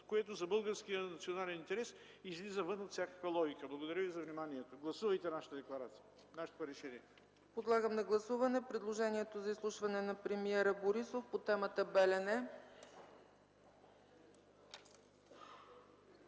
което за българския национален интерес излиза вън от всякаква логика. Благодаря Ви за вниманието. Гласувайте нашето предложение. ПРЕДСЕДАТЕЛ ЦЕЦКА ЦАЧЕВА: Подлагам на гласуване предложението за изслушване на премиера Борисов по темата „Белене”.